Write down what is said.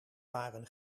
waren